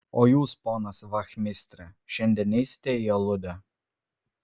o jūs ponas vachmistre šiandien neisite į aludę